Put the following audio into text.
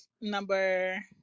number